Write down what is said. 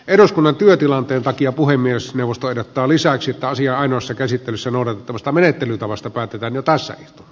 eduskunnan työtilanteen takia puhemiesneuvosto ehdottaa että asian ainoassa käsittelyssä noudatettavasta menettelytavasta päätetään pääse